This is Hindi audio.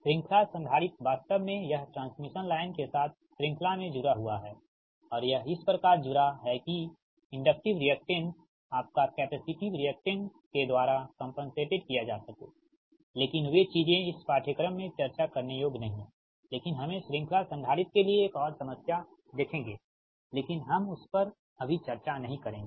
श्रृंखला संधारित्र वास्तव में यह ट्रांसमिशन लाइन के साथ श्रृंखला में जुड़ा हुआ है और यह इस प्रकार जुड़ा है कि इंडक्टिव रिएक्टेंस आपका कैपेसिटिव रिएक्टेंस के द्वारा कंपनसेटेड किया जा सके लेकिन वे चीजें इस पाठ्यक्रम में चर्चा करने योग्य नहीं हैं लेकिन हमें श्रृंखला संधारित्र के लिए एक और समस्या देखेंगे लेकिन हम उस पर अभी चर्चा नहीं करेंगे